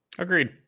Agreed